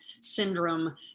syndrome